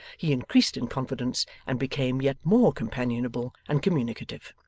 he increased in confidence and became yet more companionable and communicative.